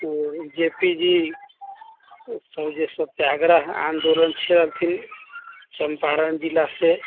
जे पी जी ई सब जे सत्याग्रह आन्दोलन चम्पारण जिला से